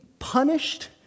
punished